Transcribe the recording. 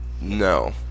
No